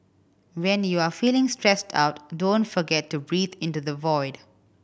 when you are feeling stressed out don't forget to breathe into the void